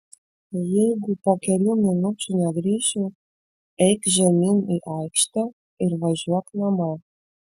jeigu po kelių minučių negrįšiu eik žemyn į aikštę ir važiuok namo